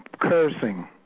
Cursing